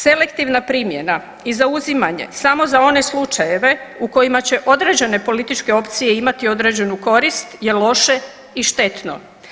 Selektivna primjena i zauzimanje samo za one slučajeve u kojima će određene političke opcije imati određenu korist je loše i štetno.